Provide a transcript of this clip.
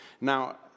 Now